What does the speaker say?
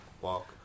walk